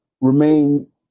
remain